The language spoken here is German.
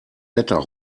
wetter